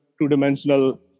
two-dimensional